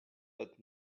but